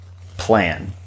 plan